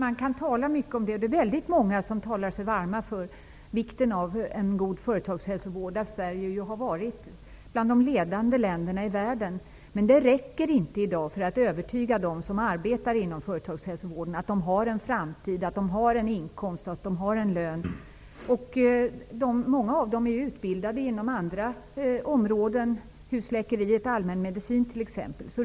Herr talman! Det är väldigt många som talar sig varma för vikten av en god företagshälsovård. Sverige har ju varit ett bland de ledande länderna i världen på det området. Men det är inte tillräckligt för att övertyga dem som arbetar inom företagshälsovården om att de har en framtid och att de har en lön. Många av dessa är utbildade inom andra områden -- inom t.ex. husläkeriet har man en allmänmedicinsk utbildning.